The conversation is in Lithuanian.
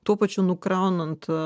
tuo pačiu nu kraunant